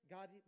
God